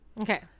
Okay